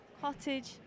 cottage